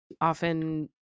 often